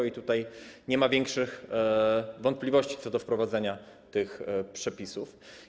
I tu nie ma większych wątpliwości co do wprowadzenia tych przepisów.